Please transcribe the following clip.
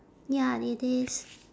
ya it is